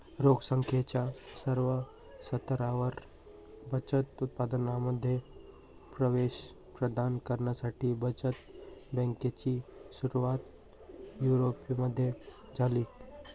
लोक संख्येच्या सर्व स्तरांवर बचत उत्पादनांमध्ये प्रवेश प्रदान करण्यासाठी बचत बँकेची सुरुवात युरोपमध्ये झाली